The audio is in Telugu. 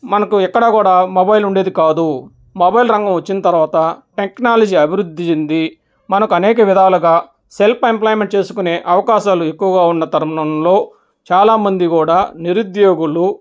మనకు ఎక్కడా కూడా మొబైల్ ఉండేది కాదు మొబైల్ రంగం వచ్చిన తర్వాత టెక్నాలజీ అభివృద్ధి చెందీ మనకు అనేక విధాలుగా సెల్ఫ్ ఎంప్లాయ్మెంట్ చేసుకునే అవకాశాలు ఎక్కువగా ఉన్న తరుణంలో చాలామంది కూడా నిరుద్యోగులు